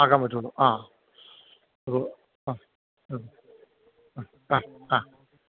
ആക്കാന് പറ്റുകയുള്ളൂ ആ അത് ആ ആ ആ